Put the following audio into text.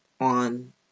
on